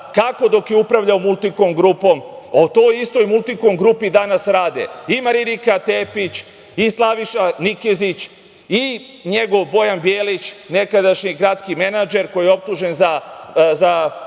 kako dok je upravljao „Multikom grupom“, a u toj istoj „Multikom grupi“ danas rade i Marinika Tepić i Slaviša Nikezić i njegov Bojan Bjelić, nekadašnji gradski menadžer koji je optužen za